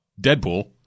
Deadpool